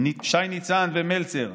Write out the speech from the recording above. שי ניצן ומלצר,